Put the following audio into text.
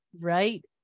right